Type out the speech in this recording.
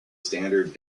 standard